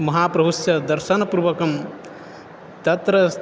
महाप्रभोः दर्शनं पूर्वकं तत्रस्